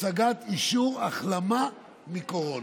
הצגת אישור החלמה מקורונה,